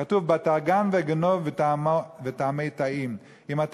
כתוב: "בתר גנבא גנוב וטעמא טעים" אם אתה